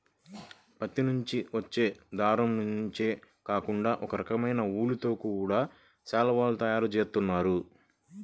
పత్తి నుంచి వచ్చే దారం నుంచే కాకుండా ఒకరకమైన ఊలుతో గూడా శాలువాలు తయారు జేత్తన్నారు